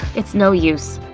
it's no use.